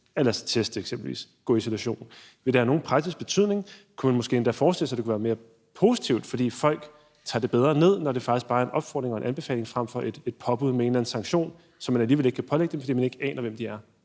sig teste eksempelvis, gå i isolation? Vil det have nogen praktisk betydning? Kunne man måske endda forestille sig, at det kunne være mere positivt, fordi folk tager det bedre ned, når det faktisk bare er en opfordring og en anbefaling frem for et påbud med en eller anden sanktion, som man alligevel ikke kan pålægge dem, fordi man ikke aner, hvem de er?